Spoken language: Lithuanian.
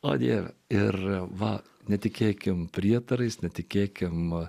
o dieve ir va netikėkime prietarais netikėkime